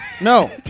No